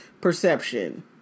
Perception